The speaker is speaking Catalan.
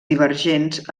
divergents